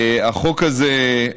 החוק הזה,